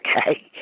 okay